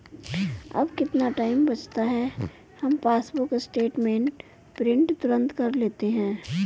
अब कितना टाइम बचता है, हम पासबुक स्टेटमेंट प्रिंट तुरंत कर लेते हैं